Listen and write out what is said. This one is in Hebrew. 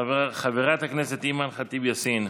חברת הכנסת אימאן ח'טיב יאסין,